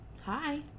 Hi